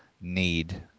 need